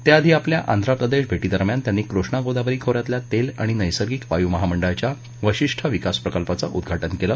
त्याआधी आपल्या आंध्र प्रदेश भेटीदरम्यान त्यांनी कृष्णा गोदावरी खोऱ्यातल्या तेल आणि नैसर्गिक वायू महामंडळाच्या वशिष्ठ विकास प्रकल्पाचं उद्घाटन केलं